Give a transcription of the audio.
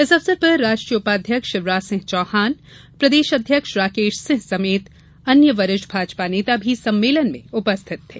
इस अवसर पर राष्ट्रीय उपाध्यक्ष शिवराज सिंह चौहान प्रदेश अध्यक्ष राकेश सिंह सहित अनेक वरिष्ठ नेता भी सम्मेलन में उपस्थित थे